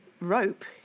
rope